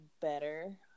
better